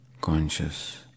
conscious